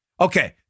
Okay